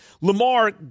Lamar